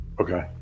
Okay